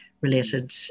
related